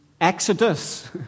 exodus